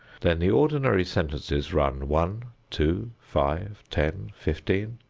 then the ordinary sentences run one, two, five, ten, fifteen,